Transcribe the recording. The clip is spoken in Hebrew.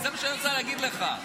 זה מה שאני רוצה להגיד לך.